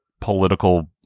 political